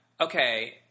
okay